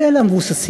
אבל אלה המבוססים.